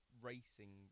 racing